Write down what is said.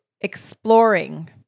exploring